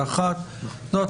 בוקר טוב.